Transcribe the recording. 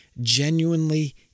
genuinely